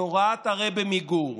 בהוראת הרבי מגור.